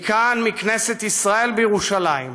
מכאן, מכנסת ישראל בירושלים,